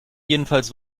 jedenfalls